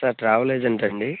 sir travel ఏజెంటండి